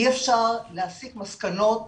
אי אפשר להסיק מסקנות